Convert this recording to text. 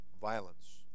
violence